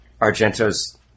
Argento's